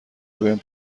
وبهم